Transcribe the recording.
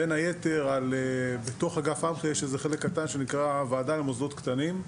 בין היתר בתוך אגף אמח"י יש איזה חלק קטן שנקרא הוועדה למוסדות קטנים,